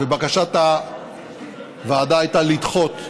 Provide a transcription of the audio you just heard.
ובקשת הוועדה הייתה לדחות.